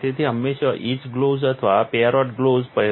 તેથી હંમેશાં ઇચ ગ્લોવ્સ અથવા પેરોટ ગ્લોવ્સ પહેરો